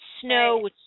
snow